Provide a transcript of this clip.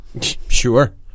Sure